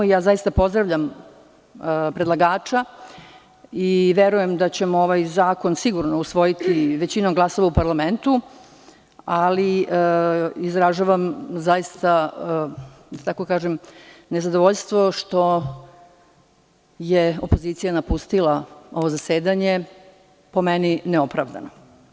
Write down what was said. Zaista pozdravljam predlagača i verujem da ćemo ovaj zakon sigurno usvojiti većinom glasova u parlamentu, ali izražavam nezadovoljstvo što je opozicija napustila ovo zasedanje, po meni neopravdano.